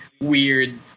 weird